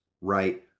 right